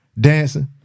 dancing